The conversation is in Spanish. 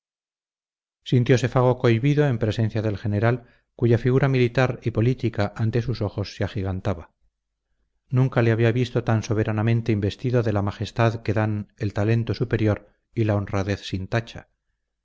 sintiose fago cohibido en presencia del general cuya figura militar y política ante sus ojos se agigantaba nunca le había visto tan soberanamente investido de la majestad que dan el talento superior y la honradez sin tacha